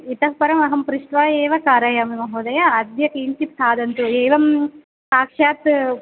इतः परम् अहं पृष्ट्वा एव कारयामि महोदया अद्य किञ्चित् खादन्तु एवं साक्षात्